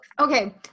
Okay